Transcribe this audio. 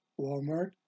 Walmart